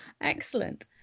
excellent